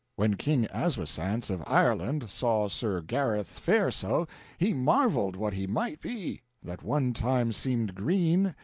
when king aswisance of ireland saw sir gareth fare so he marvelled what he might be, that one time seemed green,